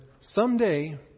someday